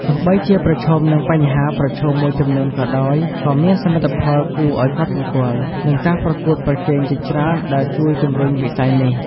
ទោះបីជាប្រឈមនឹងបញ្ហាប្រឈមមួយចំនួនក៏ដោយ ក៏មានសមិទ្ធផលគួរឱ្យកត់សម្គាល់ និងការប្រកួតប្រជែងជាច្រើនដែលជួយជំរុញវិស័យនេះ។